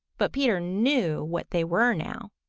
but peter knew what they were now.